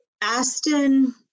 Aston